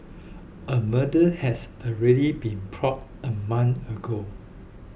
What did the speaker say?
a murder has already been a month ago